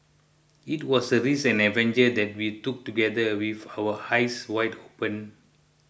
it was a risk and an adventure that we took together with our eyes wide open